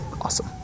awesome